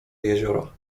jeziora